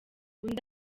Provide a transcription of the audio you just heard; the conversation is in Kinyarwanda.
undi